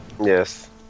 Yes